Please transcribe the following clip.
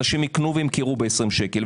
אנשים ימכרו ב-20 שקל.